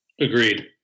agreed